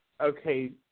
okay